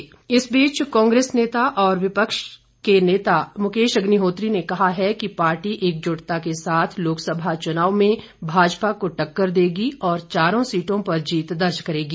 अग्निहोत्री कांग्रेस नेता और विपक्ष के नेता मुकेश अग्निहोत्री ने कहा है कि पार्टी एकजुटता के साथ लोकसभा चुनाव में भाजपा का टक्कर देगी और चारों सीटों पर जीत दर्ज करेगी